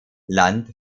land